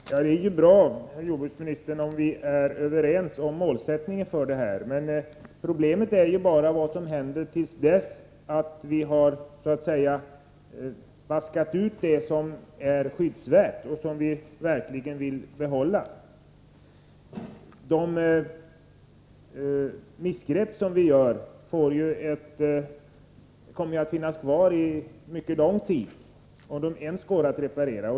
Herr talman! Det är ju bra, jordbruksministern, om vi är ense om målsättningen. Men problemet är bara vad som händer till dess vi har vaskat ut det som är skyddsvärt och som vi verkligen vill behålla. De missgrepp som vi gör kommer att finnas kvar mycket lång tid, om de ens någonsin går att reparera.